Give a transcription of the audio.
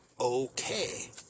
okay